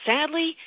Sadly